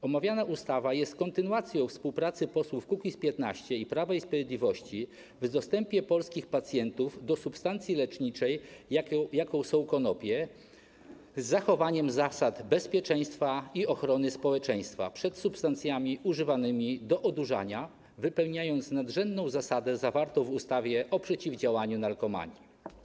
Omawiana ustawa jest kontynuacją współpracy posłów Kukiz’15 oraz Prawa i Sprawiedliwości w kwestii dostępu polskich pacjentów do substancji leczniczej, jaką są konopie, z zachowaniem zasad bezpieczeństwa i ochrony społeczeństwa przed substancjami używanymi do odurzania, wypełniając nadrzędną zasadę zawartą w ustawie o przeciwdziałaniu narkomanii.